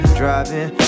driving